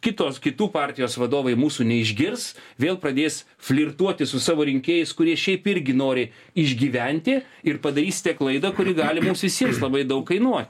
kitos kitų partijos vadovai mūsų neišgirs vėl pradės flirtuoti su savo rinkėjais kurie šiaip irgi nori išgyventi ir padarys klaidą kuri gali mums visiems labai daug kainuoti